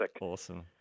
Awesome